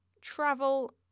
Travel